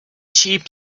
cheap